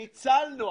ניצלנו,